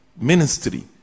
ministry